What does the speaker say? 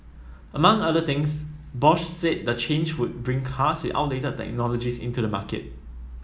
among other things Bosch said the change would bring cars with outdated technologies into the market